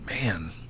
Man